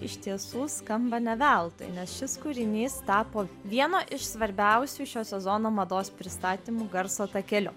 iš tiesų skamba ne veltui nes šis kūrinys tapo vieno iš svarbiausių šio sezono mados pristatymų garso takeliu